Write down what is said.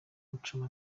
muchoma